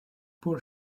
poor